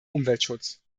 umweltschutz